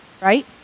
Right